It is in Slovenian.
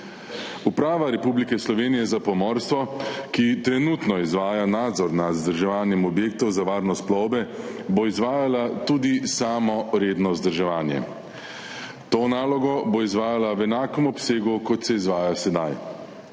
Uprava Republike Slovenije za pomorstvo, ki trenutno izvaja nadzor nad vzdrževanjem objektov za varnost plovbe, bo izvajala samo redno vzdrževanje. To nalogo bo izvajala v enakem obsegu, kot se izvaja sedaj.